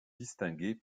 distinguer